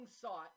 sought